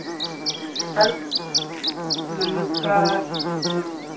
hello नमस्कार